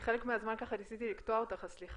אני חלק מהזמן ניסיתי לקטוע אותך, אז סליחה.